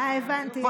אהה, הבנתי, יש כלל.